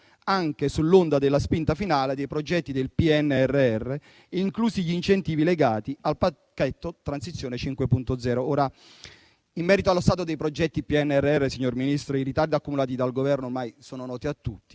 anche sull'onda della spinta finale dei progetti del PNRR, inclusi gli incentivi legati al pacchetto Transizione 5.0. Ora, in merito allo stato dei progetti PNRR, signor Ministro, i ritardi accumulati dal Governo ormai sono noti a tutti